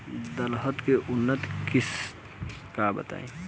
दलहन के उन्नत किस्म बताई?